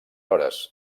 hores